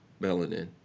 melanin